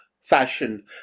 fashion